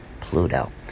pluto